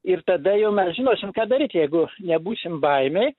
ir tada jau mes žinosim ką daryt jeigu nebūsim baimėj